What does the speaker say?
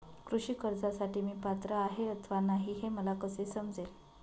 कृषी कर्जासाठी मी पात्र आहे अथवा नाही, हे मला कसे समजेल?